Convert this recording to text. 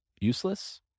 useless